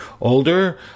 older